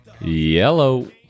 yellow